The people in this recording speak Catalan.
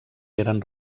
eren